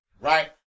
right